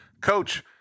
Coach